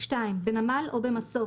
בנמל או במסוף,